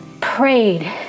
prayed